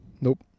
Nope